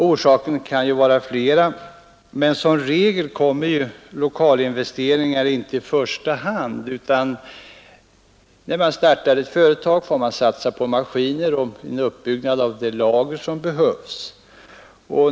Orsakerna härtill kan vara flera, men som regel kommer lokalinvesteringar inte i första hand utan man får när man startar ett företag satsa på maskiner och på en uppbyggnad av de lager som behövs.